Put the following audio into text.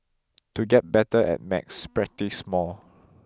to get better at maths practise more